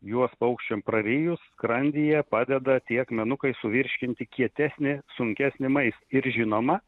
juos paukščiam praėjus skrandyje padeda tie akmenukai suvirškinti kietesnį sunkesnį maistą ir žinoma